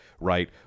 right